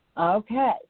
Okay